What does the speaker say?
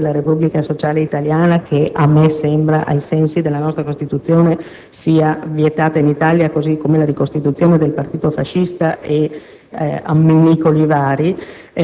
nel non togliere la bandiera della Repubblica sociale italiana che, a me sembra, ai sensi della nostra Costituzione, sia vietata in Italia, così come la ricostituzione del Partito fascista e